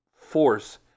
force